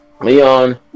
Leon